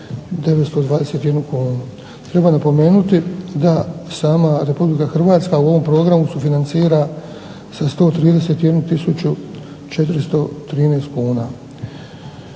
921 kunu. Treba napomenuti da sama RH u ovom programu sufinancira sa 131 tisuću 413 kuna.